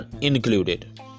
included